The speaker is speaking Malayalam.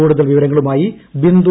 കൂടുതൽ വിവരങ്ങളുമായി ബിന്ദും